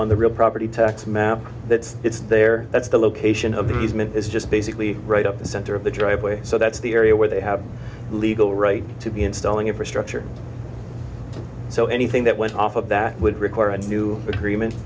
on the real property tax map that it's there that's the location of the easement is just basically right up the center of the driveway so that's the area where they have a legal right to be installing infrastructure so anything that went off of that would require a new agreement